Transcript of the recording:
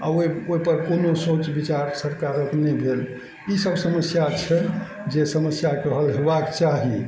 आओर ओइ ओइपर कोनो सोच विचार सरकारक नहि भेल ई सब समस्या छै जे समस्याके हल हेबाक चाही